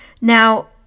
Now